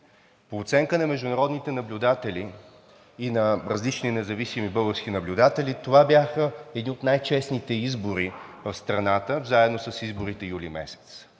По оценка на международни наблюдатели и на различни независими български наблюдатели това бяха едни от най-честните избори в страната, заедно с изборите през месец